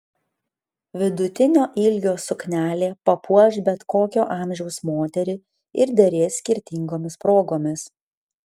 vidutinio ilgio suknelė papuoš bet kokio amžiaus moterį ir derės skirtingomis progomis